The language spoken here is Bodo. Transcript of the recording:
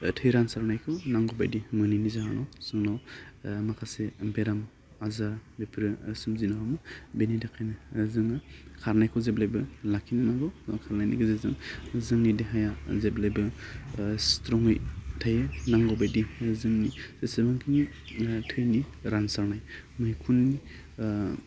थै रानसारनायखौ नांगौबादि मोनैनि जाहोनाव जोंनाव माखासे बेराम आजार बेफोरो सोमजिनो हमो बेनि थाखायनो जोङो खारनायखौ जेब्लायबो लाखिनो नांगौ खारनायनि गेजेरजों जोंनि देहाया जेब्लायबो स्ट्रंयै थायो नांगौ बादि जोंनि जेसेबांखिनि थैनि रानसारनाय मैखुननि